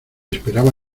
esperaba